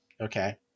Okay